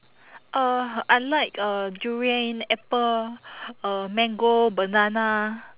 uh I like uh durian apple uh mango banana